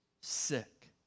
sick